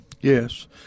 Yes